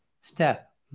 step